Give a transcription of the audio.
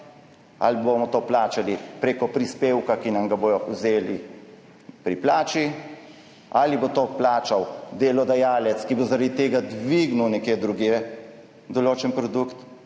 ali bomo to plačali preko prispevka, ki nam ga bodo vzeli pri plači, ali bo to plačal delodajalec, ki bo zaradi tega dvignil nekje drugje določen produkt.